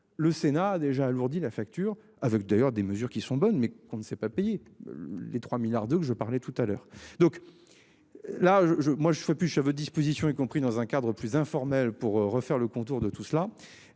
Le Sénat déjà alourdi la facture avec d'ailleurs des mesures qui sont bonnes mais qu'on ne sait pas payer les 3 milliards de que je parlais tout à l'heure donc. Là je je moi je ne veux plus je disposition, y compris dans un cadre plus informel pour refaire le contour de tout cela.